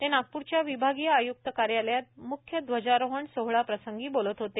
ते नागप्रच्या विभागीय आयक्त कार्यालयात मुख्य ध्वजारोहण सोहळा प्रसंगी बोलत होते